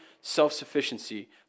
self-sufficiency